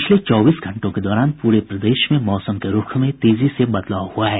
पिछले चौबीस घंटों के दौरान पूरे प्रदेश में मौसम के रूख में तेजी से बदलाव हुआ है